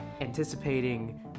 anticipating